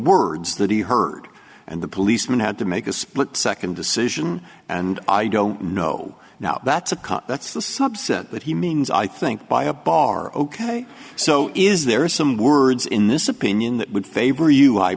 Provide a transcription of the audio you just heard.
words that he heard and the policeman had to make a split second decision and i don't know now that's a cop that's the subset that he means i think by a bar ok so is there some words in this opinion that would favor